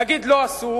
נגיד: לא עשו